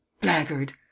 blackguard